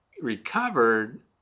recovered